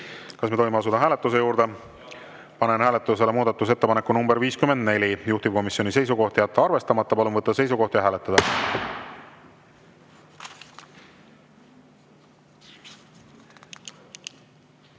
kas tohime asuda hääletuse juurde? Panen hääletusele muudatusettepaneku nr 42, juhtivkomisjoni seisukoht on jätta arvestamata. Palun võtta seisukoht ja hääletada!